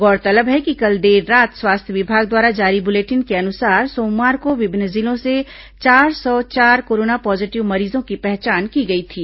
गौरतलब है कि कल देर रात स्वास्थ्य विभाग द्वारा जारी बुलेटिन के अनुसार सोमवार को विभिन्न जिलों से चार सौ चार कोरोना पॉजिटिव मरीजों की पहचान की गई थी